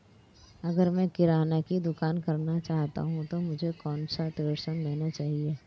अगर मैं किराना की दुकान करना चाहता हूं तो मुझे कौनसा ऋण लेना चाहिए?